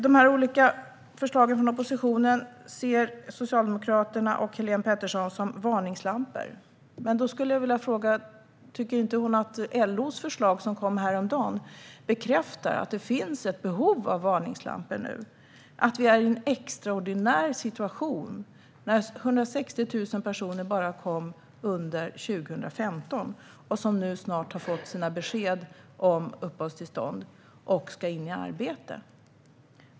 De här olika förslagen från oppositionen ser Socialdemokraterna och Helén Pettersson som varningslampor. Men då skulle jag vilja fråga: Tycker hon inte att LO:s förslag, som kom häromdagen, bekräftar att det finns ett behov av varningslampor nu och att vi är i en extraordinär situation? Det kom 160 000 personer bara under 2015. Snart har de fått sina besked om uppehållstillstånd och ska in i arbete.